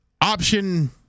Option